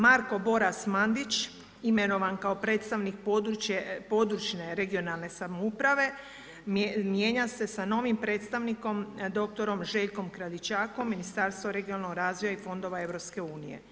Marko Boras Mandić imenovan kao predstavnik područne regionalne samouprave, mijenja se sa novim predstavnikom dr. Željkom Kraljičakom Ministarstvo regionalnog razvoja i fondova EU.